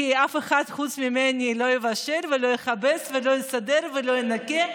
כי אף אחד חוץ ממני לא יבשל ולא יכבס ולא יסדר ולא ינקה,